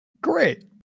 Great